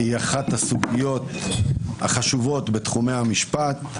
זו אחת הסוגיות החשובות בתחומי המשפט,